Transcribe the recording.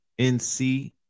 NC